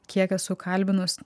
kiek esu kalbinus